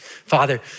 Father